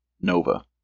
Nova